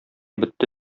бетте